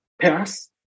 pass